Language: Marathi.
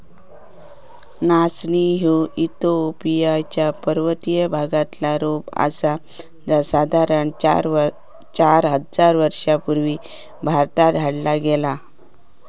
नाचणी ह्या इथिओपिया च्या पर्वतीय भागातला रोप आसा जा साधारण चार हजार वर्षां पूर्वी भारतात हाडला गेला